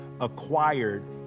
acquired